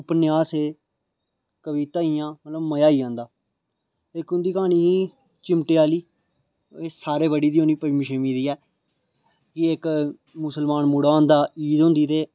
उपन्यास हे कविता हियां मतलब मजा आई जंदा इक उं'दी क्हानी ही चिमटे आहली एह् सारे पढ़ी दी होनी पंजमी छेमी दी ऐ कि इक मुसलमान मुड़ा होंदा ईद होंदी